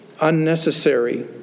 unnecessary